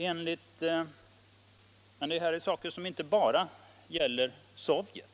Detta är saker som inte bara gäller Sovjetunionen,